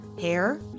Hair